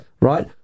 Right